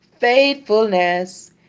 Faithfulness